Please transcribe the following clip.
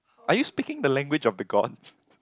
are you speaking the language of the gods